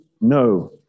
No